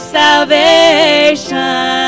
salvation